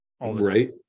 Right